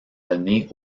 donné